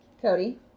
cody